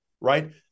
right